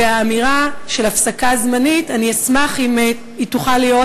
והאמירה של הפסקה זמנית אני אשמח אם היא תוכל להיות